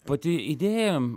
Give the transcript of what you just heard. pati idėja